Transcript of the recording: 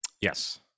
Yes